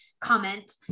comment